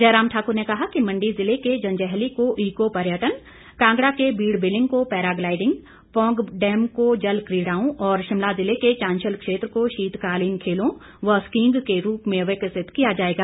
जयराम ठाकुर ने कहा कि मंडी ज़िले के जंजैहली को ईको पर्यटन कांगड़ा को बीड़ बीलिंग को पैरा ग्लाइडिंग पौंग डैम को जल कीड़ाओं और शिमला ज़िले के चांशल क्षेत्र को शीतकालीन खेलों व स्कीईंग के रूप में विकसित किया जाएगा